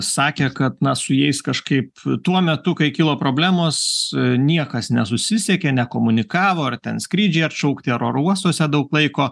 sakė kad na su jais kažkaip tuo metu kai kilo problemos niekas nesusisiekė nekomunikavo ar ten skrydžiai atšaukti ar aerouostuose daug laiko